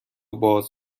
باز